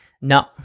No